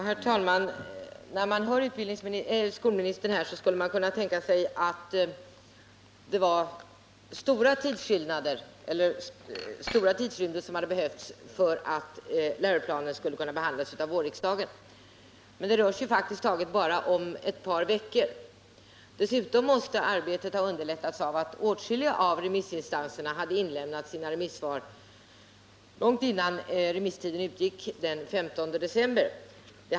Herr talman! När man hör skolministern skulle man kunna tänka sig att det hade behövts långa tidrymder för att läroplanen skulle kunna behandlas av vårens riksmöte, men det rör sig faktiskt bara om ett par veckor. Dessutom måste arbetet ha underlättats av att åtskilliga av remissinstanserna hade inlämnat sina remissvar långt innan remisstiden utgick den 15 december.